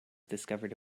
discovered